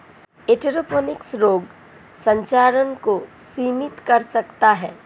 aeroponics रोग संचरण को सीमित कर सकता है